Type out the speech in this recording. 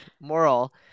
moral